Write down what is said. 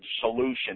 solution